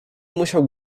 musiał